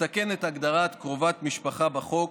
ולתקן את הגדרת קרובת משפחה בחוק